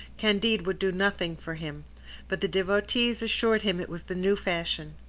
candide would do nothing for him but the devotees assured him it was the new fashion.